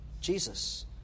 Jesus